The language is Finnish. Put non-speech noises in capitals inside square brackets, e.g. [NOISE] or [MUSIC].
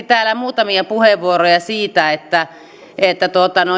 [UNINTELLIGIBLE] täällä muutamia puheenvuoroja siitä että että